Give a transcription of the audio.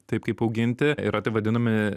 taip kaip auginti yra taip vadinami